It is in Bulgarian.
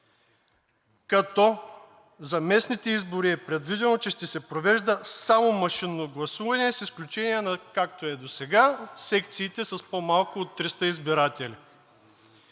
като за местните избори е предвидено, че ще се провежда само машинно гласуване, с изключение, както е досега, на секциите с по-малко от 300 избиратели.